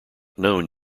known